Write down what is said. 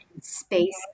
space